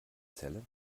celle